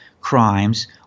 crimes